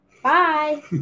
Bye